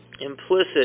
implicit